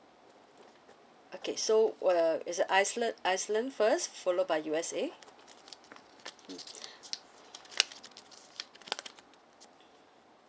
okay so uh is uh iceland iceland first followed by U_S_A mm